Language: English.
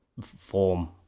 form